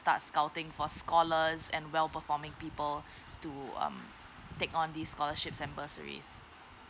start scouting for scholars and well performing people to um take on this scholarships and bursaries